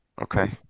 Okay